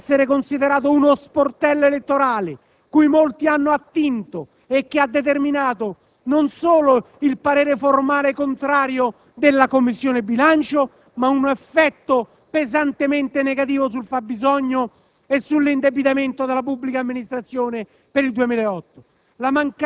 può essere considerato uno sportello elettorale cui molti hanno attinto e che ha determinato non solo il parere formale contrario della Commissione bilancio, ma un effetto pesantemente negativo sul fabbisogno e sull'indebitamento della pubblica amministrazione per il 2008.